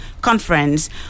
conference